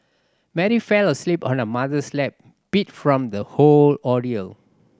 Mary fell asleep on her mother's lap beat from the whole ordeal